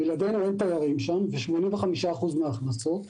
ואין לנו תיירים, ו-85% מן ההכנסות.